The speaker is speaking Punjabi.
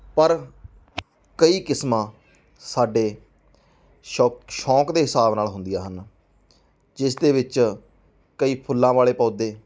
ਪਰ ਕਈ ਕਿਸਮਾਂ ਸਾਡੇ ਸ਼ੌਕ ਸ਼ੌਕ ਦੇ ਹਿਸਾਬ ਨਾਲ ਹੁੰਦੀਆਂ ਹਨ ਜਿਸ ਦੇ ਵਿੱਚ ਕਈ ਫੁੱਲਾਂ ਵਾਲੇ ਪੌਦੇ